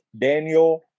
Daniel